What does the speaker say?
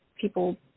people